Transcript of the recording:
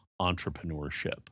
entrepreneurship